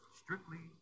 strictly